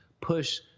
push